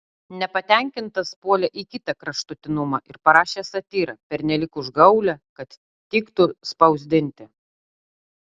nepatenkintas puolė į kitą kraštutinumą ir parašė satyrą pernelyg užgaulią kad tiktų spausdinti